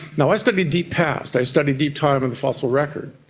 now, i study deep past, i study deep time and the fossil record.